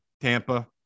Tampa